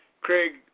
Craig